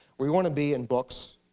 we want to be in books.